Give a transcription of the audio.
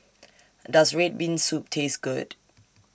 Does Red Bean Soup Taste Good